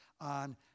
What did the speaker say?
on